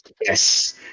Yes